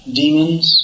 demons